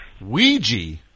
Ouija